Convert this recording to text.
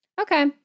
Okay